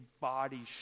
body